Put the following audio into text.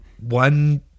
one